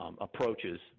approaches